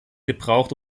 gebraucht